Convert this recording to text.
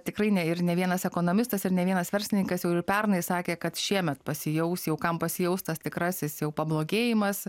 tikrai ne ir ne vienas ekonomistas ir ne vienas verslininkas jau ir pernai sakė kad šiemet pasijaus jau kam pasijaus tas tikrasis jau pablogėjimas